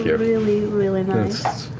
yeah really really nice.